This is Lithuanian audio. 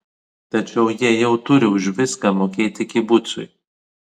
tačiau jie jau turi už viską mokėti kibucui